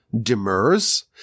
demurs